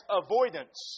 avoidance